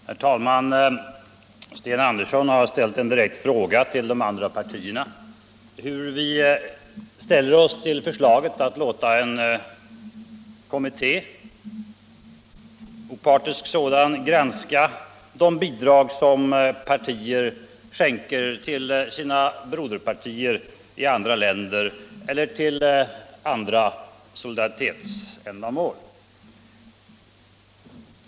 Herr talman! Sten Andersson i Stockholm har riktat en direkt fråga till de andra partierna hur vi ställer oss till förslaget att låta en opartisk kommitté granska de bidrag som partier skänker till sina broderpartier i olika länder eller till andra solidaritetsändamål.